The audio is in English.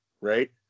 right